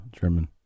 German